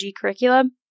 curriculum